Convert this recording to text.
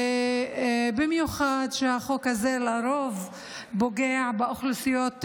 ובמיוחד כי החוק הזה לרוב פוגע באוכלוסיות המוחלשות,